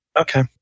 Okay